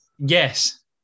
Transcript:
yes